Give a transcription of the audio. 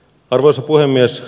arvoisa puhemies